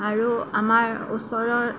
আৰু আমাৰ ওচৰৰ